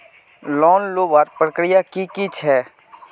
Loan लुबार प्रक्रिया की की छे?